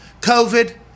COVID